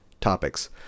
topics